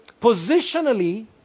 positionally